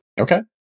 Okay